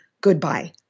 Goodbye